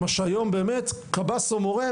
מה שהיום באמת קב"ס או מורה,